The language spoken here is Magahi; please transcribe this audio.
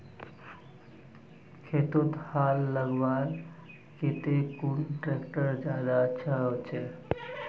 खेतोत हाल लगवार केते कुन ट्रैक्टर ज्यादा अच्छा होचए?